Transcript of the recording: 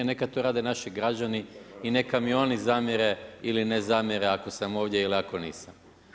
Nekada to rade naši građani i neka mi oni zamjere ili ne zamjere ako sam ovdje ili ako nisam.